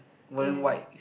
wearing white